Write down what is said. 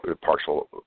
partial